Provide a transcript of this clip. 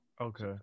Okay